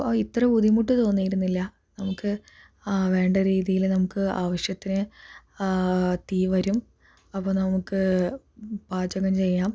അപ്പോൾ ഇത്ര ബുദ്ധിമുട്ട് തോന്നിയിരുന്നില്ല നമുക്ക് ആ വേണ്ട രീതിയിൽ നമുക്ക് ആവശ്യത്തിന് തീ വരും അപ്പോൾ നമുക്ക് പാചകം ചെയ്യാം